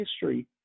history